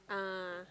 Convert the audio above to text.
ah